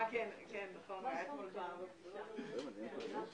הישיבה